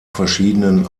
verschiedenen